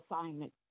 assignment